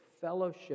fellowship